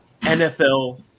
NFL